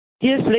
Yes